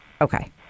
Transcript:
Okay